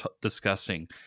discussing